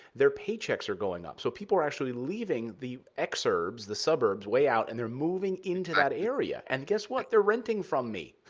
their paychecks are going up. so people are actually leaving the exurbs, the suburbs, way out. and they're moving into that area. and guess what? they're renting from me.